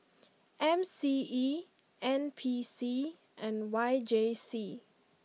M C E N P C and Y J C